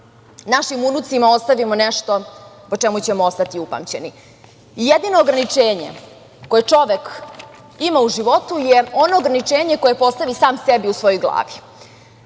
našim unucima ostavimo nešto po čemu ćemo ostati upamćeni. Jedino ograničenje koje čovek ima u životu je ono ograničenje koje postavi sam sebi u svojoj glavi.